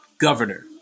governor